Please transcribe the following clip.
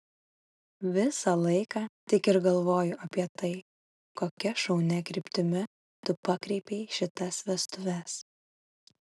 visą laiką tik ir galvoju apie tai kokia šaunia kryptimi tu pakreipei šitas vestuves